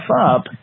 up